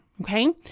Okay